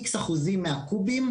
X אחוזים מהקובים,